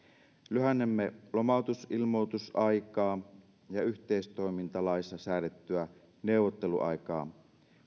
lyhennämme lomautusilmoitusaikaa ja yhteistoimintalaissa säädettyä neuvotteluaikaa